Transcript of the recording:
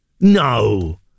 No